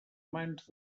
mans